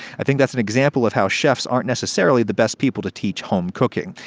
i think that's an example of how chefs aren't necessarily the best people to teach home cooking.